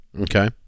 Okay